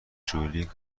جولی